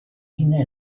hunain